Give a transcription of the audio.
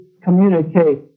communicate